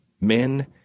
men